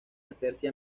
hacerse